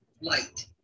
light